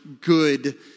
good